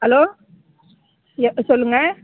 hello எ சொல்லுங்கள்